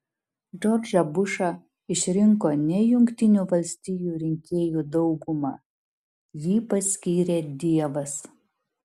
džordžą bušą išrinko ne jungtinių valstijų rinkėjų dauguma jį paskyrė dievas